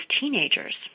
teenagers